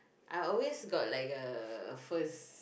I always got like a first